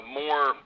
more